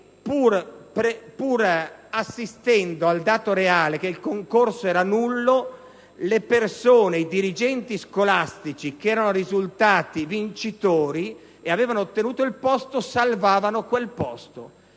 pur di fronte al dato reale che il concorso era nullo, le persone e i dirigenti scolastici che erano risultati vincitori e avevano ottenuto il posto salvavano quel posto;